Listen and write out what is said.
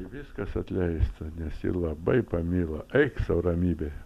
viskas atleista nes ji labai pamilo eik sau ramybėje